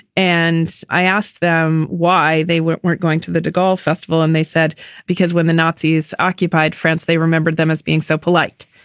and i asked them why they weren't weren't going to the degaulle festival. and they said because when the nazis occupied france, they remembered them as being so polite.